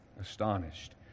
astonished